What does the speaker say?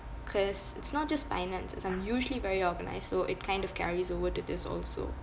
cause it's not just finances I'm usually very organised so it kind of carries over to this also